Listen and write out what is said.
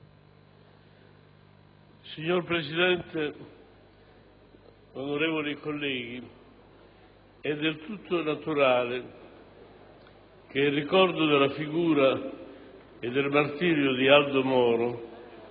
Signor Presidente, onorevoli colleghi, è del tutto naturale che il ricordo della figura e del martirio di Aldo Moro